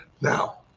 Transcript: Now